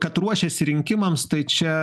kad ruošiasi rinkimams tai čia